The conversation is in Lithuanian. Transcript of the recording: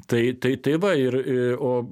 tai tai tai va ir i o